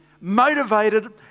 motivated